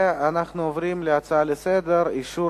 הצעות לסדר-היום מס' 3419,